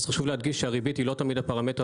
חשוב להדגיש שהריבית היא לא תמיד הפרמטר